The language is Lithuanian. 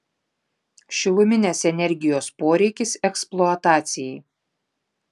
šiluminės energijos poreikis eksploatacijai